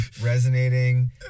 resonating